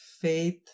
faith